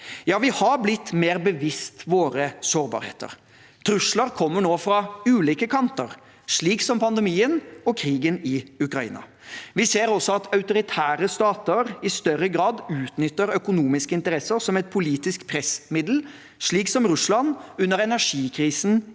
Ja, vi er blitt mer bevisst våre sårbarheter. Trusler kommer nå fra ulike kanter, slik som pandemien og krigen i Ukraina. Vi ser også at autoritære stater i større grad utnytter økonomiske interesser som et politisk pressmiddel, slik som Russland under energikrisen i